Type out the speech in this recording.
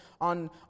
on